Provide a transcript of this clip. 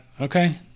Okay